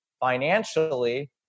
financially